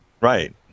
right